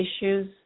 issues